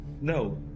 No